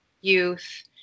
youth